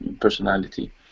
personality